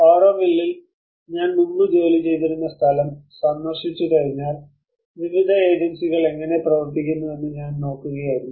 ആരോവില്ലിൽ ഞാൻ മുമ്പ് ജോലി ചെയ്തിരുന്ന സ്ഥലം സന്ദർശിച്ചുകഴിഞ്ഞാൽ വിവിധ ഏജൻസികൾ എങ്ങനെ പ്രവർത്തിക്കുന്നുവെന്ന് ഞാൻ നോക്കുകയായിരുന്നു